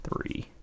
three